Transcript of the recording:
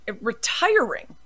retiring